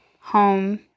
home